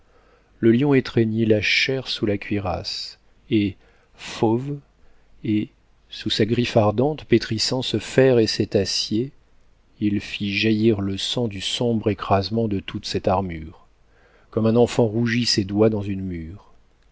le lion étreignit la chair sous la cuirasse et fauve et sous sa griffe ardente pétrissant ce fer et cet acier il fit jaillir le sang du sombre écrasement de toute cette armure comme un enfant rougit ses doigts dans une mûre